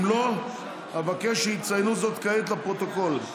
אם לא, אבקש שיציינו זאת כעת לפרוטוקול.